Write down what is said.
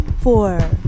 four